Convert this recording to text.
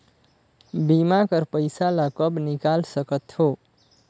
बीमा कर पइसा ला कब निकाल सकत हो?